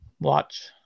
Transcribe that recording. Watch